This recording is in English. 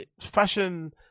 fashion